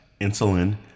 insulin